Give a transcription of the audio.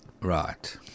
Right